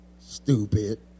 Stupid